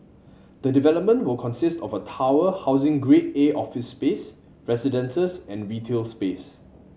the development will consist of a tower housing Grade A office space residences and retail space